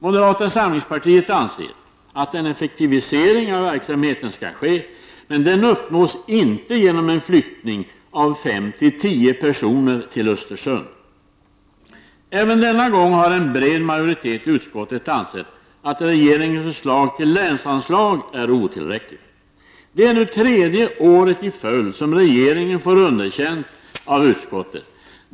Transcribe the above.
Moderata samlingspartiet anser att en effektivisering av verksamheten bör ske, men den uppnås inte genom en flyttning av 5-10 personer till Östersund. Även denna gång anser en bred majoritet i utskottet att regeringens förslag till länsanslag är otillräckligt. Det är nu tredje året i följd som regeringen får underkänt av utskottet.